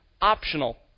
optional